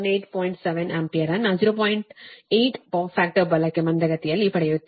8 power factor ಬಲಕ್ಕೆ ಮಂದಗತಿಯಲ್ಲಿ ಪಡೆಯುತ್ತೇವೆ